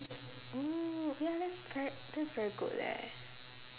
oh ya that's ve~ that's very good leh